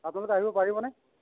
আপোনালোক আহিব পাৰিবনে